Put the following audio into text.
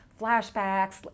flashbacks